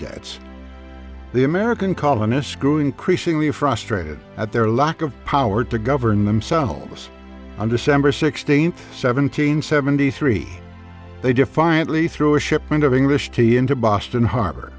debts the american colonists grew increasingly frustrated at their lack of power to govern themselves under semper sixteen seventeen seventy three they defiantly threw a shipment of english tea into boston harbo